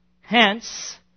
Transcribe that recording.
Hence